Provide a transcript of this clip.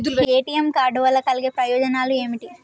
ATM card వల్ల కలిగే ప్రయోజనాలు ఏమిటి?